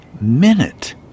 minute